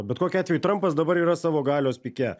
bet kokiu atveju trampas dabar yra savo galios pike